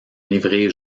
livrée